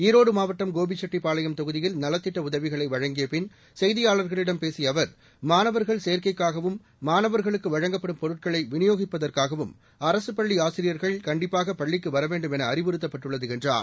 ஈரோடு மாவட்டம் கோபிசெட்டிப்பாளையம் தொகுதியில் நலத்திட்ட உதவிகளை வழங்கிய பின் செய்தியாளர்களிடம் பேசிய அவர் மாணவர்கள் சேர்க்கைக்காகவும் மாணவர்களுக்கு வழங்கப்படும் பொருட்களை விநியோகிப்பதற்காகவும் அரசு பள்ளி ஆசிரியர்கள் கண்டிப்பாக பள்ளிக்கு வரவேண்டும் என அறிவுறுத்தப்பட்டுள்ளது என்றார்